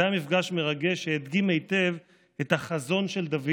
זה היה מפגש מרגש שהדגים היטב את החזון של דוד